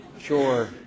sure